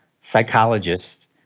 psychologists